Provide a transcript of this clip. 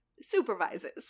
supervises